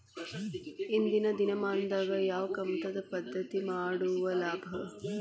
ಇಂದಿನ ದಿನಮಾನದಾಗ ಯಾವ ಕಮತದ ಪದ್ಧತಿ ಮಾಡುದ ಲಾಭ?